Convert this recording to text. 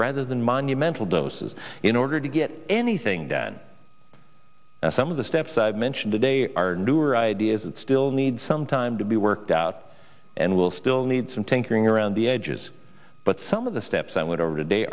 rather than monumental doses in order to get anything done and some of the steps i've mentioned today are newer ideas that still need some time to be worked out and we'll still need some tinkering around the edges but some of the steps i went over today